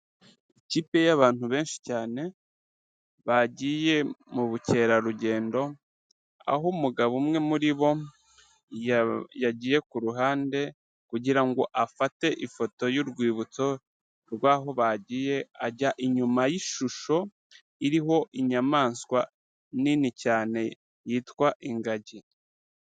Ikipe y'abantu benshi cyane, bagiye mu bukerarugendo, aho umugabo umwe muri bo yagiye ku ruhande kugira ngo afate ifoto y'urwibutso rw'aho bagiye, ajya inyuma y'ishusho iriho inyamaswa nini cyane yitwa ingagi.